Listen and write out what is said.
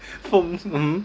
for m~ mmhmm